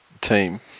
team